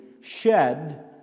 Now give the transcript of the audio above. shed